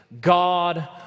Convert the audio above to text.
God